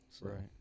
Right